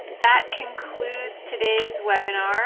that concludes today's webinar